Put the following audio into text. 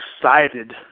excited